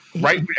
Right